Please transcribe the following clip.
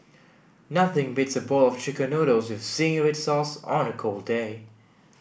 nothing beats a bowl of chicken noodles with zingy red sauce on a cold day